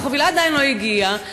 והחבילה עדיין לא הגיעה,